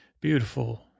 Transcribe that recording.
Beautiful